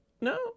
No